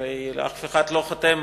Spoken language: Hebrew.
הרי אף אחד לא חותם,